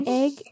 egg